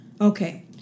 Okay